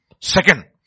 Second